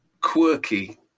quirky